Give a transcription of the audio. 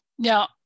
Now